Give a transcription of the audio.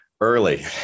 early